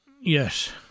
Yes